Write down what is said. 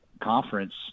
conference